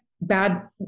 bad